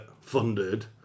funded